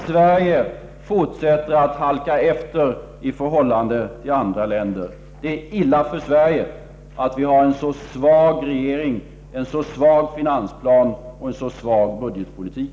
Sverige fortsätter att halka efter i förhållande till andra länder. Det är illa för Sverige att vi har en så svag regering, en så svag finansplan och en så svag budgetpolitik.